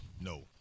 No